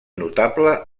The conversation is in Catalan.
notable